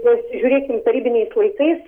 pasižiūrėkim tarybiniais laikais